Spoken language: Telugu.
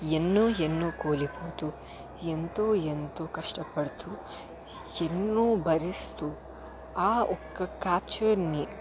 ఎన్నో ఎన్నో కోల్పోతూ ఎంతో ఎంతో కష్టపడుతూ ఎన్నో భరిస్తూ ఆ ఒక్క క్యాప్చర్ని